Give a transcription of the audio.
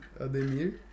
Ademir